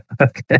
Okay